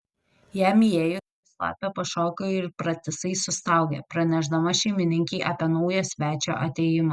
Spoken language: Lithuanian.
jam įėjus lapė pašoko ir pratisai sustaugė pranešdama šeimininkei apie naujo svečio atėjimą